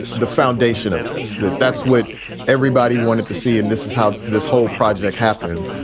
the the foundation of this, that that's what everybody wanted to see. and this is how this whole project happened.